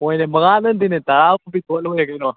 ꯍꯣꯏꯅꯦ ꯃꯉꯥꯗ ꯅꯠꯇꯦꯅ ꯇꯔꯥꯃꯨꯛ ꯄꯤꯊꯣꯛꯑ ꯂꯣꯏꯔꯦ ꯀꯩꯅꯣ